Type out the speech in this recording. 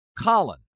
Colin